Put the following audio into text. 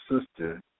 sister